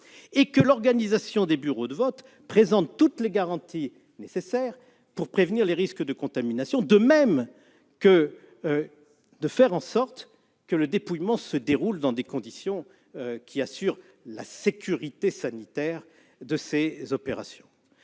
et que l'organisation des bureaux de vote présente toutes les garanties nécessaires pour prévenir les risques de contamination ; enfin, nous voulons nous assurer que le dépouillement se déroulera dans des conditions qui garantissent la sécurité sanitaire de ses opérations.